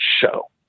show